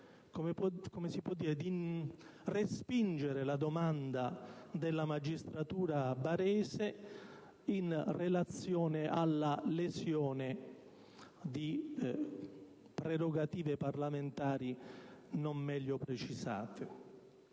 tuttavia, proponeva di respingere la domanda della magistratura barese in relazione alla lesione di prerogative parlamentari non meglio precisate.